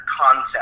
concept